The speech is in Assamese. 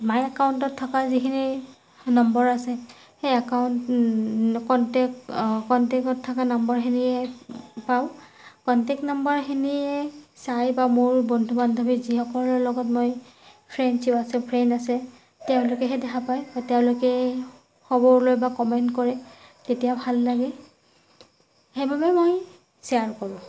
মাই একাউণ্টত থকা যিখিনি নম্বৰ আছে সেই একাউণ্ট কনটেক কনটেকত থকা নম্বৰখিনিয়ে পাওঁ কনটেক্ট নম্বৰখিনিয়ে চায় বা মোৰ বন্ধু বান্ধৱী যিসকলৰ লগত মই ফ্ৰেণ্ডশ্ৱিপ আছে ফ্ৰেণ্ড আছে তেওঁলোকেহে দেখা পায় তেওঁলোকে খবৰ লয় বা কমেণ্ট কৰে তেতিয়া ভাল লাগে সেইবাবে মই শ্বেয়াৰ কৰোঁ